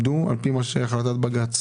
דיברנו על גמלאי הדואר.